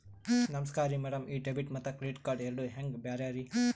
ನಮಸ್ಕಾರ್ರಿ ಮ್ಯಾಡಂ ಈ ಡೆಬಿಟ ಮತ್ತ ಕ್ರೆಡಿಟ್ ಕಾರ್ಡ್ ಎರಡೂ ಹೆಂಗ ಬ್ಯಾರೆ ರಿ?